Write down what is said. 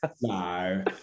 no